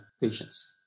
patients